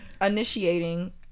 Initiating